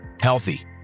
healthy